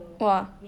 !wah!